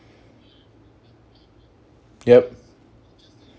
yup